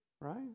right